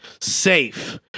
safe